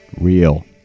Real